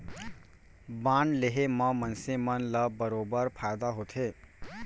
bond लेहे म मनसे मन ल बरोबर फायदा होथे